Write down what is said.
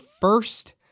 first